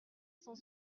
cent